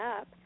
up